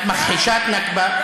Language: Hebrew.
את מכחישת נכבה,